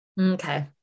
Okay